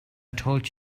told